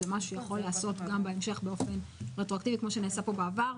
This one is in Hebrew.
זה משהו שיכול להיעשות גם בהמשך באופן רטרואקטיבי כמו שנעשה פה בעבר.